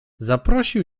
zaprosił